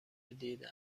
دیده